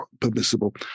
permissible